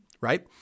right